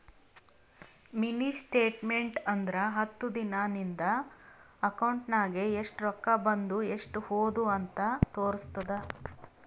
mini statement ಅಂದುರ್ ಹತ್ತು ದಿನಾ ನಿಂದ ಅಕೌಂಟ್ ನಾಗ್ ಎಸ್ಟ್ ರೊಕ್ಕಾ ಬಂದು ಎಸ್ಟ್ ಹೋದು ಅಂತ್ ತೋರುಸ್ತುದ್